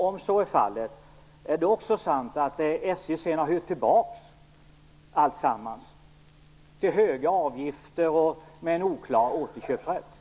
Om så är fallet, är de också sant att SJ sedan har hyrt tillbaks alltsammans till höga avgifter och med en oklar återköpsrätt?